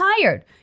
tired